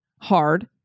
hard